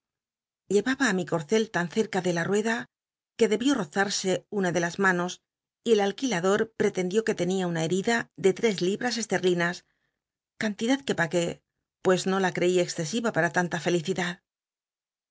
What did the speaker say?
una de tan cerca de la ru eda que debió ozar las manos y el alqui lador pretendió que tenia una herida de tes libras cstcl'linas cantidad que pagué pues no la ceí cxcc ira para tanta fclicid